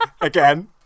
Again